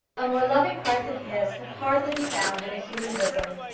a more loving heart than his could hardly be found in a human bosom,